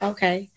Okay